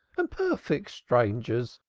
and perfect strangers?